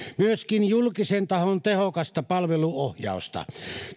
myöskin julkisen tahon tehokasta palveluohjausta